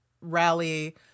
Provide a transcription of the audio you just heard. rally